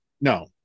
No